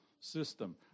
system